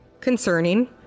Concerning